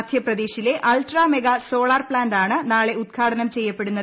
മധ്യപ്രദേശിലെ ultra mega solar പ്താന്റാണ് നാളെ ഉദ്ഘാടനം ചെയ്യപ്പെടുന്നത്